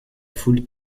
foule